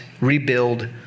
rebuild